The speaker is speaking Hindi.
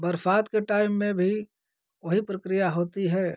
बरसात के टाइम में भी वही प्रक्रिया होती है